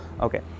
okay